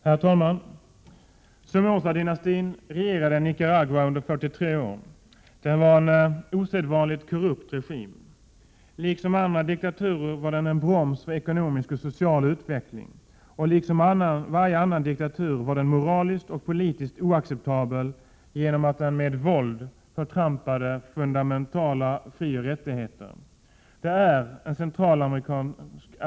Herr talman! Somozadynastin regerade Nicaragua under 43 år. Den var en osedvanligt korrupt regim. Liksom andra diktaturer var den en broms för ekonomisk och social utveckling. Och liksom varje annan diktatur var den moraliskt och politiskt oacceptabel genom att den med våld förtrampade fundamentala frioch rättigheter. Det är en centralamerikansk tragedi att 75 Prot.